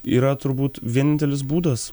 yra turbūt vienintelis būdas